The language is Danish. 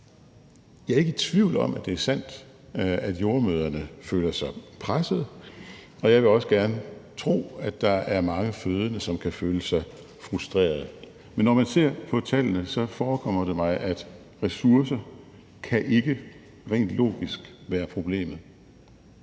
Jeg er ikke i tvivl om, at det er sandt, at jordemødrene føler sig pressede, og jeg vil også gerne tro, at der er mange fødende, som kan føle sig frustrerede. Men når man ser på tallene, forekommer det mig, at ressourcer ikke rent logisk kan være